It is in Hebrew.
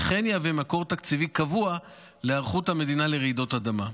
וכן יהווה מקור תקציבי קבוע להיערכות המדינה לרעידות אדמה.